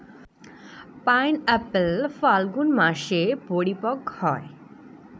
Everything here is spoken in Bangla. পাইনএপ্পল ফাল্গুন মাসে পরিপক্ব হয়